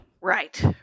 Right